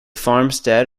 farmstead